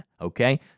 Okay